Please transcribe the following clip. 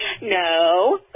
No